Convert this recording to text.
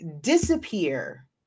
disappear